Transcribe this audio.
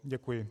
Děkuji.